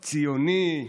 ציוני,